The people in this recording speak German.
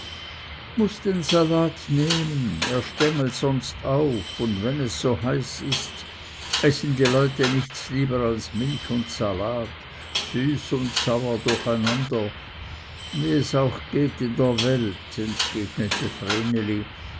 muß den salat nehmen er stengelt sonst auf und wenn es so heiß ist essen die leute nichts lieber als milch und salat süß und sauer durcheinander wie es auch geht in der welt entgegnete